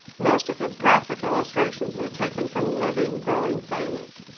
most of his graphic illustrations were taken from living, growing things.